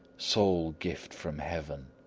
sole gift from heaven!